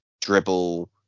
dribble